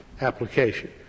application